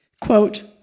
Quote